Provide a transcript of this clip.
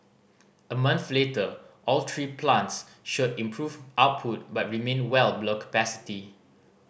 a month later all three plants showed improved output but remained well below capacity